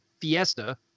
Fiesta